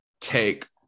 take